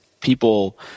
people